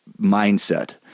mindset